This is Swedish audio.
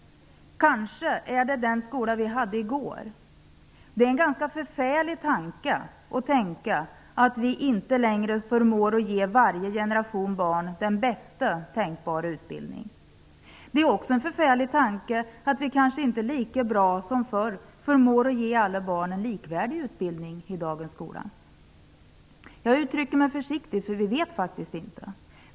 Kanske gäller det den skola vi hade i går. Det är en ganska förfärlig tanke att vi inte längre förmår ge varje generation av barn bästa tänkbara utbildning. Det är också en förfärlig tanke att vi kanske inte lika bra som förr förmår ge alla barn en likvärdig utbildning i dagens skola. Jag uttrycker mig försiktigt. Vi vet faktiskt inte hur det förhåller sig.